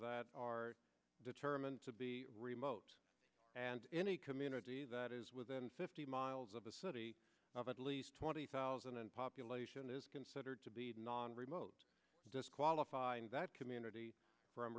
that are determined to be remote and any community that is within fifty miles of a city of at least twenty thousand and population is considered to be non remote disqualifying that community from